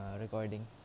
recording